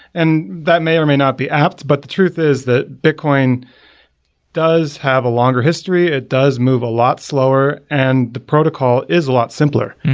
and that may or may not be apt. but the truth is that bitcoin does have a longer history, it does move a lot slower, and the protocol is a lot simpler.